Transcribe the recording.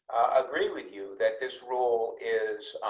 agree with you that this role is